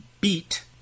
beat